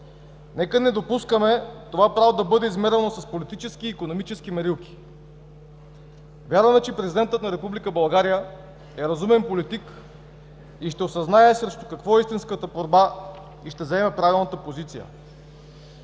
Нека не допускаме това право да бъде измерено с политически и икономически мерилки. Вярваме, че президентът на Република България е разумен политик, ще осъзнае срещу какво е истинската борба и ще заеме правилната позиция.